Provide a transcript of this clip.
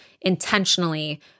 intentionally